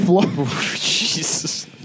Jesus